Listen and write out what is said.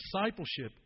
discipleship